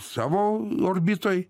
savo orbitoj